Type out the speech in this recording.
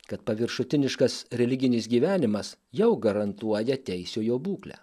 kad paviršutiniškas religinis gyvenimas jau garantuoja teisiojo būklę